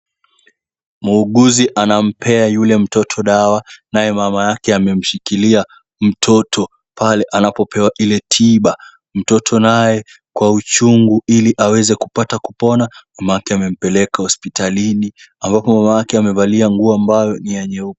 Muuguzi anampea yule mtoto dawa naye mama yake amemshikilia mtoto pale anapopewa ile tiba, mtoto naye kwa uchungu ili aweze kupata kupona. Mamake amempeleka hospitalini, ambapo mamake amevalia nguo ambayo ni ya nyeupe.